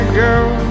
girl